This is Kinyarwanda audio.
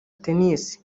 tennis